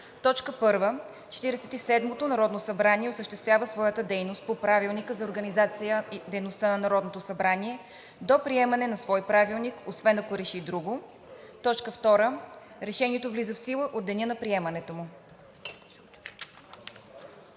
и седмото народно събрание осъществява своята дейност по Правилника за организацията и дейността на Народното събрание до приемане на свой правилник, освен ако реши друго. 2. Решението влиза в сила от деня на приемането му.“